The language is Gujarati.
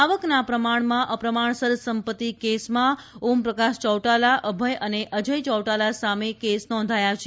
આવકના પ્રમાણમાં અપ્રમાણસર સંપત્તિ કેસમાં ઓમપ્રકાશ ચૌટાલા અભય અને અજય ચૌટાલા સામે કેસ નોંધાયા છે